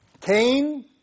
Cain